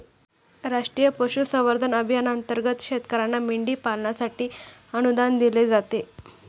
राष्ट्रीय पशुसंवर्धन अभियानांतर्गत शेतकर्यांना मेंढी पालनासाठी अनुदान दिले जाते